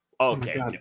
Okay